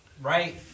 Right